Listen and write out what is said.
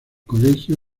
colegio